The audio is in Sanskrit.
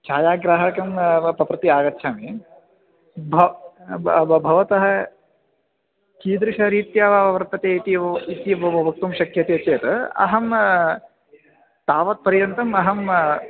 छायाग्राहकं प प्रति आगच्छामि भवतः कीदृशरीत्या वर्तते इति वक्तुं शक्यते चेत् अहं तावत्पर्यन्तम् अहम्